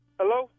hello